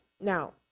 Now